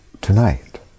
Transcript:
tonight